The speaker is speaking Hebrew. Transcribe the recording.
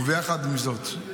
יחד עם זאת,